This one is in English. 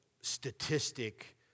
statistic